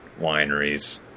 wineries